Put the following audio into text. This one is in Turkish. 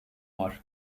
var